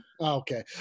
Okay